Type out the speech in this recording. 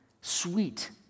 sweet